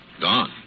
Gone